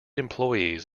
employees